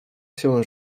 się